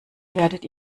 werdet